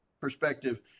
perspective